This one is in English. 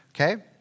okay